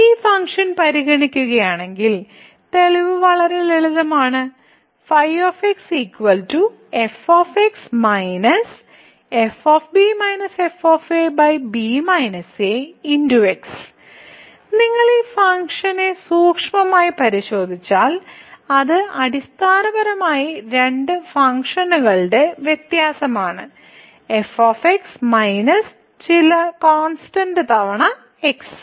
ഈ ഫംഗ്ഷൻ പരിഗണിക്കുകയാണെങ്കിൽ തെളിവ് വളരെ ലളിതമാണ് നിങ്ങൾ ഈ ഫംഗ്ഷനെ സൂക്ഷ്മമായി പരിശോധിച്ചാൽ അത് അടിസ്ഥാനപരമായി രണ്ട് ഫംഗ്ഷനുകളുടെ വ്യത്യാസമാണ് f മൈനസ് ചില കോൺസ്റ്റന്റ് തവണ x